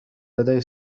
لدي